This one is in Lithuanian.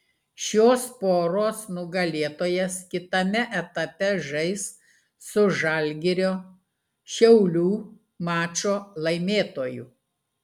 šios poros nugalėtojas kitame etape žais su žalgirio šiaulių mačo laimėtoju